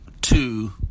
two